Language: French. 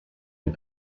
des